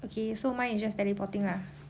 okay so mine is just teleporting lah